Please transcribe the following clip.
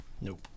Nope